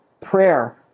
prayer